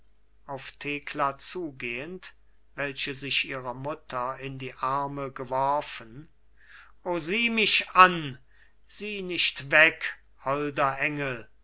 auf thekla zugehend welche sich ihrer mutter in die arme geworfen o sieh mich an sieh nicht weg holder engel